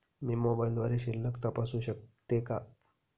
मी मोबाइलद्वारे शिल्लक तपासू शकते का?